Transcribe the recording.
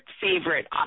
favorite